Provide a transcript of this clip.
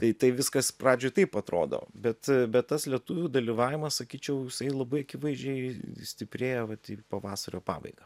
tai tai viskas pradžioj taip atrodo bet bet tas lietuvių dalyvavimas sakyčiau labai akivaizdžiai stiprėja vat į pavasario pabaigą